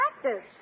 practice